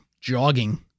Jogging